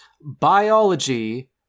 biology